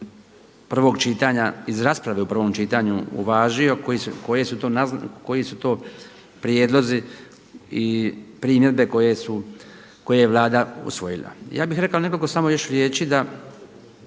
prvog čitanja, iz rasprave u prvom čitanju uvažio, koji su to prijedlozi i primjedbe koje su, koje je Vlada usvojila. Ja bih rekao nekoliko samo još riječi da